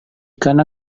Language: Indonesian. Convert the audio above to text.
karena